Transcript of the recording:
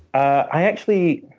i actually